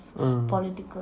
mm